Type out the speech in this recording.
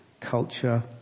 culture